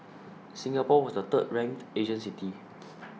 Singapore was the third ranked Asian city